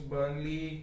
Burnley